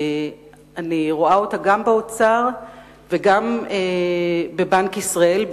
שלצערי קיימת גם באוצר וגם בבנק ישראל,